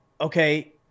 okay